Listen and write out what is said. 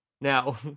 Now